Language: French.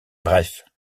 bref